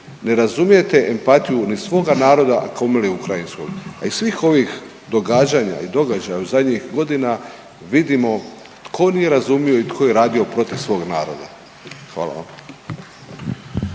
ne razumijete empatiju ni svoga naroda, a kamoli ukrajinskog. A iz svih ovih događanja i događaja u zadnjih godina vidimo tko nije razumio i tko je radio protiv svog naroda. Hvala vam.